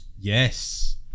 Yes